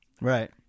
Right